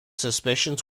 suspicions